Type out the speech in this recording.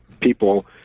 people